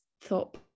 thought